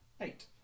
Eight